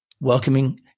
welcoming